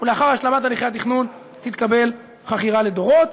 ולאחר השלמת הליכי התכנון תתקבל חכירה לדורות.